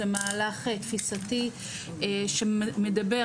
זה מהלך תפיסתי שמדבר,